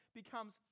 becomes